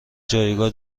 جایگاه